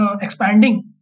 expanding